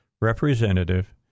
representative